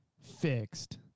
fixed